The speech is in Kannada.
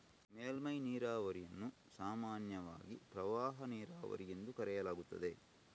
ಮೇಲ್ಮೈ ನೀರಾವರಿಯನ್ನು ಸಾಮಾನ್ಯವಾಗಿ ಪ್ರವಾಹ ನೀರಾವರಿ ಎಂದು ಕರೆಯಲಾಗುತ್ತದೆ